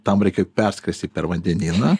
tam reikėjo perskristi per vandenyną